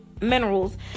minerals